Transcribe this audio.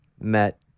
met